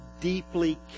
deeply